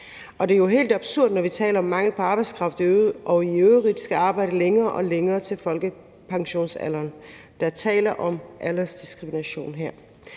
det er jo helt absurd, når vi taler om mangel på arbejdskraft og vi i øvrigt skal arbejde længere og længere inden folkepensionsalderen. Der er tale om aldersdiskrimination her.